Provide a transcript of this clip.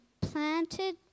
planted